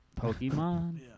Pokemon